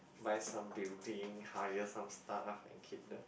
buy some building hire some staff and keep the